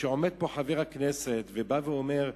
וכשעומד פה חבר הכנסת ובא ואומר,